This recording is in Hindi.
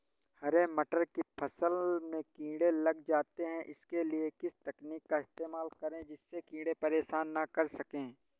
हरे मटर की फसल में कीड़े लग जाते हैं उसके लिए किस तकनीक का इस्तेमाल करें जिससे कीड़े परेशान ना कर सके?